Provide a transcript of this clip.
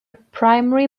primary